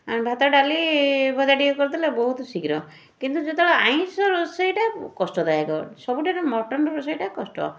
ଆ ଭାତ ଡାଲି ଭଜା ଟିକିଏ କରିଦେଲେ ବହୁତ ଶୀଘ୍ର କିନ୍ତୁ ଯେତେବେଳେ ଆମିଷ ରୋଷେଇଟା କଷ୍ଟଦାୟକ ସବୁଠାରୁ ମଟନ୍ ରୋଷେଇଟା କଷ୍ଟ